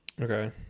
Okay